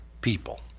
people